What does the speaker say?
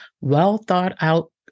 well-thought-out